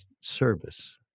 service